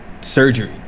surgery